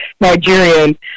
Nigerian